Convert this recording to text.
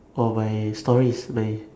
or by stories by